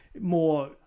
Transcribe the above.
more